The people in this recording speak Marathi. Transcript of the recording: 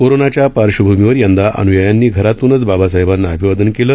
कोरोनाच्या पार्श्वभूमीवर यंदा अन्यायांनी घरातूनच बाबसाहेबांना अभिवादन केलं